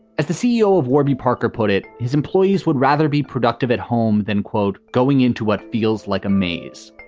as the ceo of warby parker put it, his employees would rather be productive at home than, quote, going into what feels like a maze.